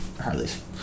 Harleys